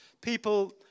people